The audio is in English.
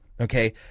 okay